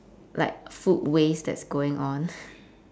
like food waste that's going on